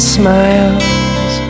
smiles